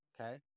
okay